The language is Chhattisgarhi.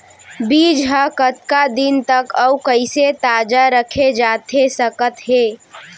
बीज ह कतका दिन तक अऊ कइसे ताजा रखे जाथे सकत हे?